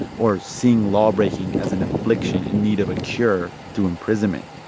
or seeing lawbreaking as an affliction in need of a cure through imprisonment,